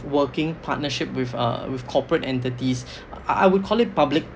working partnership with uh with corporate entities I would call it public